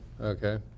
okay